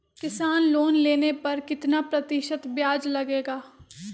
किसान लोन लेने पर कितना प्रतिशत ब्याज लगेगा?